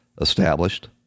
established